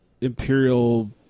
Imperial